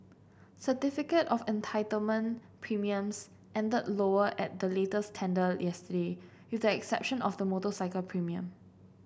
certificate of entitlement premiums ended lower at the latest tender yesterday with the exception of the motorcycle premium